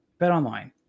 BetOnline